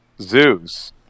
Zeus